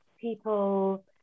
people